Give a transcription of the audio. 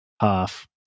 half